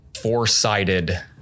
four-sided